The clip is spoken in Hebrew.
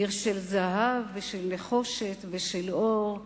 עיר של זהב ושל נחושת ושל אור,